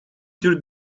tür